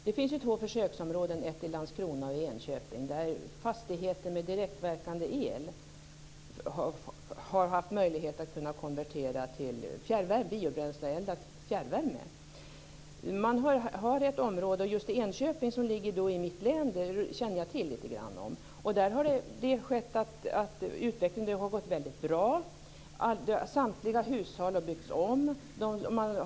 Det finns ju två försöksområden, ett i Landskrona och ett i Enköping, där det för fastigheter med direktverkande el har varit möjligt att konvertera till biobränsleeldad fjärrvärme. I ett område i Enköping, som ligger i just mitt hemlän och som jag känner till litet grand, har utvecklingen varit väldigt bra. Samtliga hushåll har byggts om.